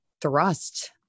thrust